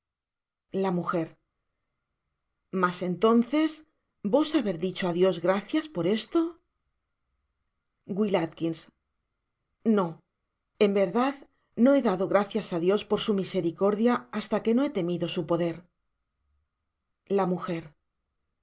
la m mas entonces vos haber dicho á dios gracias por esto w a no en verdad no he dado gracias á dios por su misericordia basta que no he temido su poder la